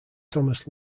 thomas